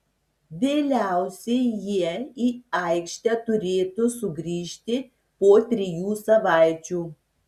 vėliausiai jie į aikštę turėtų sugrįžti po trijų savaičių